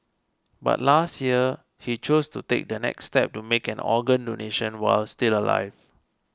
but last year he chose to take the next step to make an organ donation while still alive